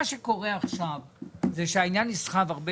מה שקורה עכשיו זה שהעניין נסחב הרבה